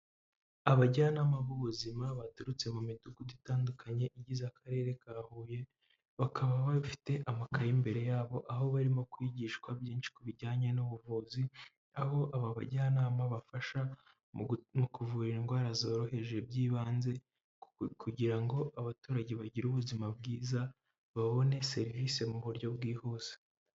Abajyanama b'ubuzima baturutse mu midugudu itandukanye igize Akarere ka Huye, bakaba bafite amakaye, imbere yabo aho barimo kwigishwa byinshi ku bijyanye n'ubuvuzi, aho aba bajyanama bafasha mu kuvura indwara zoroheje by'ibanze kugira ngo abaturage bagire ubuzima bwiza babone serivisi mu buryo bwihuse.